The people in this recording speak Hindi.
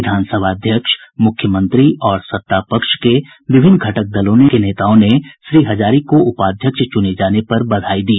विधान सभाध्यक्ष मुख्यमंत्री और सत्तापक्ष के विभिन्न घटक दलों के नेताओं ने श्री हजारी को उपाध्यक्ष चुने जाने पर बधाई दी